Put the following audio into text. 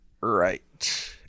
Right